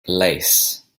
lace